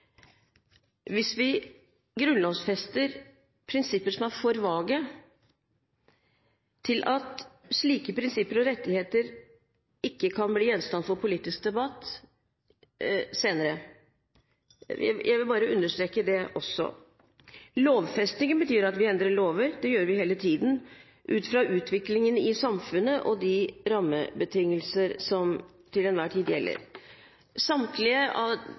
Hvis vi grunnlovfester prinsipper som er for vage, kan vi komme dit hen at slike prinsipper og rettigheter ikke kan bli gjenstand for politisk debatt senere. Jeg vil bare understreke det også. Lovfesting betyr at vi endrer lover – det gjør vi hele tiden – ut ifra utviklingen i samfunnet og rammebetingelsene som til enhver tid gjelder. Samtlige